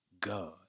God